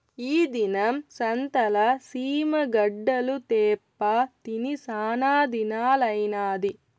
ఈ దినం సంతల సీమ గడ్డలు తేప్పా తిని సానాదినాలైనాది